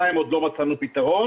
אנחנו לא שומעים אותך.